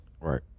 Right